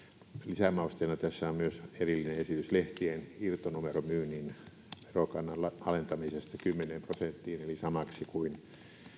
lisämausteena tässä on myös erillinen esitys lehtien irtonumeromyynnin verokannan alentamisesta kymmeneen prosenttiin eli samaksi kuin